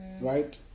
right